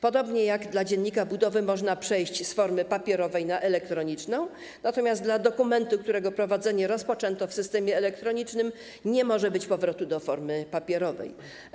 Podobnie jak w przypadku dziennika budowy można przejść z formy papierowej na elektroniczną, natomiast w przypadku dokumentu, którego prowadzenie rozpoczęto w systemie elektronicznym, nie może być powrotu do formy papierowej.